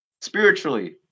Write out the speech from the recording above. Spiritually